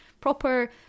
Proper